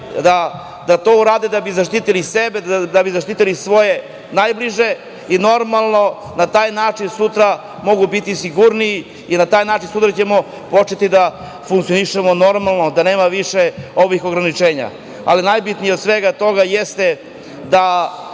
pre uradi kako bi zaštitili sebe, da bi zaštitili svoje najbliže i da na taj način sutra mogu biti sigurniji. Na taj način ćemo sutra moći da funkcionišemo normalno, da nema više ovih ograničenja. Najbitnije od svega toga jeste da